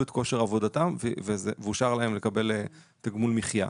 את כושר העבודה שלהם ואושר להם לקבל תגמול מחיה.